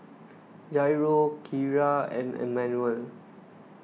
Jairo Kyara and Emanuel